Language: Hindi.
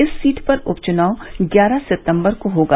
इस सीट पर उप चुनाव ग्यारह सितम्बर को होगा